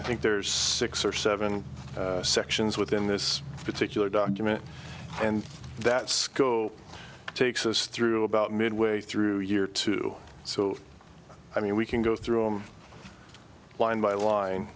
i think there's six or seven sections within this particular document and that school takes us through about mid way through year two so i mean we can go through him line by line